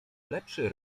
lepszy